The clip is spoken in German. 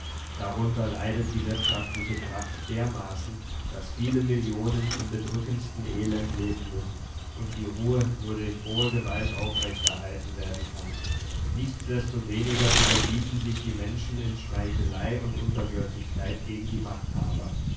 darunter leidet die wirtschaftliche kraft dermaßen daß viele millionen im bedrückendsten elend leben müssen und die ruhe nur durch rohe gewalt aufrecht erhalten werden kann nichtsdestoweniger überbieten sich die menschen in schmeichelei und unterwürfigkeit gegen die machthaber